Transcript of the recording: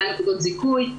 מתן נקודות זיכוי,